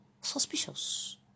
suspicious